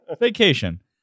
Vacation